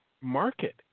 market